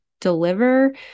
deliver